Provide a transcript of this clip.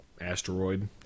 asteroid